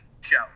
show